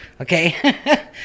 Okay